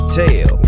tell